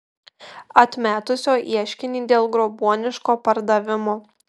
atmetusio ieškinį dėl grobuoniško pardavimo